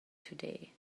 today